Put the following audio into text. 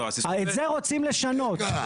את זה רוצים לשנות.